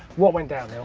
what went down, neil?